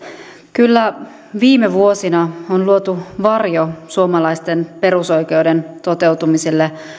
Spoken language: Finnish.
kyllä viime vuosina on luotu varjo suomalaisten perusoikeuden toteutumiselle